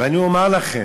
ואני אומר לכם: